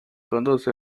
conduce